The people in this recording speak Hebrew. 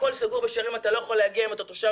הכול סגור בשערים ואתה לא יכול להגיע אם אתה תושב